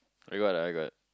I got I got